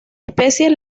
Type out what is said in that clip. especies